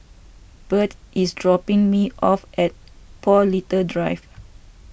Byrd is dropping me off at Paul Little Drive